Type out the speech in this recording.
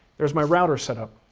there's my router setup,